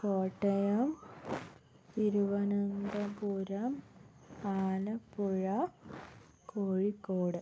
Kottayam Thiruvananthapuram Alappuzha Kozhikode